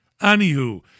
anywho